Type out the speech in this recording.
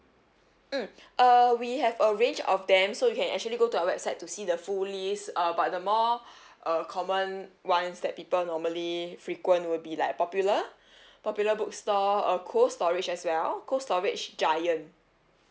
mm uh we have a range of them so you can actually go to our website to see the full list uh but the more uh common ones that people normally frequent will be like popular popular bookstore uh cold storage as well cold storage giant